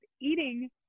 eating